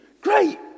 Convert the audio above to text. Great